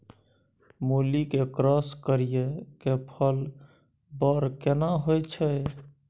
मूली के क्रॉस करिये के फल बर केना होय छै?